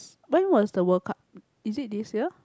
when was the World Cup is it this year